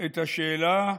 את השאלה: